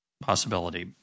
possibility